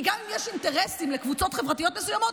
כי גם אם יש אינטרסים לקבוצות חברתיות מסוימות,